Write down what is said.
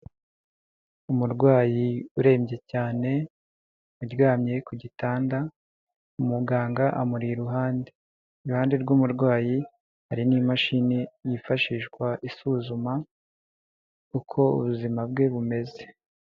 Umurwayi urembye cyane, aryamye ku gitanda, umuganga amuri iruhande iruhande rw'umurwayi hari n'imashini yifashishwa isuzuma uko ubuzima bwe bumeze.